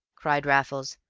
cried raffles.